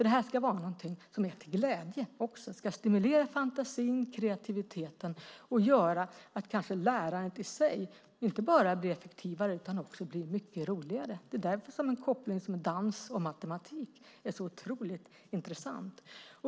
Det här ska ju vara något som också är till glädje och ska stimulera fantasin och kreativiteten och göra att lärandet i sig inte bara blir effektivare utan också mycket roligare. Det är därför som en koppling som dans och matematik är så otroligt intressant.